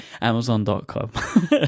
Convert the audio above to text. Amazon.com